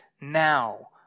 now